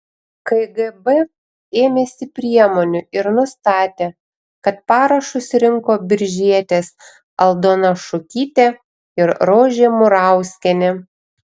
kgb ėmėsi priemonių ir nustatė kad parašus rinko biržietės aldona šukytė ir rožė murauskienė